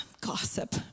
gossip